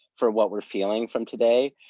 for what we're feeling from today,